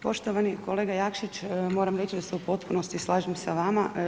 Poštovani kolega Jakšić moram reći da se u potpunosti slažem sa vama.